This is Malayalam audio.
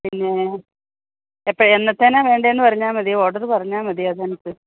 പിന്നേ എപ്പോഴാണ് എന്നത്തേക്കാണ് വേണ്ടതെന്ന് പറഞ്ഞാൽ മതി ഓഡറ് പറഞ്ഞാൽ മതി അത് അനുസരിച്ചു